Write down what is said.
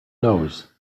nose